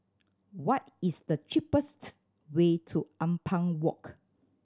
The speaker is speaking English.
what is the cheapest way to Ampang Walk